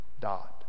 dot